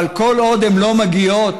אבל כל עוד הן לא מגיעות